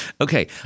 Okay